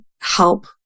help